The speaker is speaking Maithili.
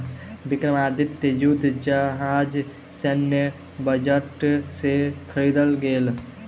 विक्रमादित्य युद्ध जहाज सैन्य बजट से ख़रीदल गेल